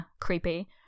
creepy